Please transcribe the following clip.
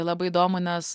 labai įdomu nes